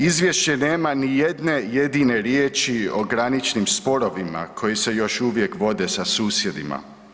Izvješće nema ni jedne jedine riječi o graničnim sporovima koji se još uvijek vode sa susjedima.